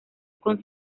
con